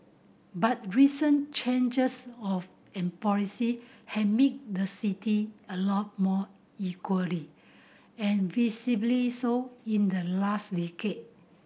but recent changes of in policy have made the city a lot more equally and visibly so in the last decade